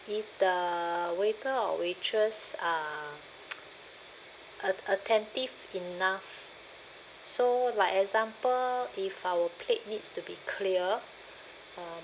if the waiter or waitress are a~ attentive enough so like example if our plate needs to be clear uh